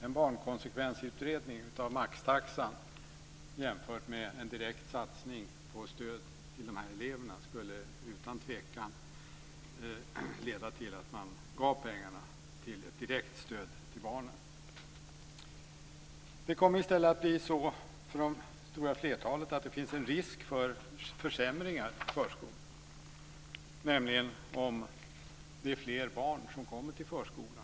En barnkonsekvensutredning av maxtaxan jämfört med en direkt satsning på stöd till dessa elever skulle utan tvekan leda till att man använde pengarna till ett direkt stöd till barnen. Det kommer i stället att bli så för det stora flertalet att det finns en risk för försämringar i förskolan, nämligen om det blir fler barn som kommer till förskolan.